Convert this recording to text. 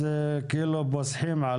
אז פוסחים.